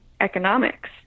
economics